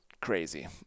crazy